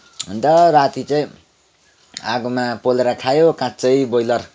अन्त राति चाहिँ आगोमा पोलेर खायौँ काँच्चै ब्रोयलर